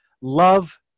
love